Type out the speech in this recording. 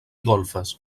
golfes